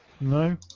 No